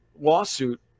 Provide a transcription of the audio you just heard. lawsuit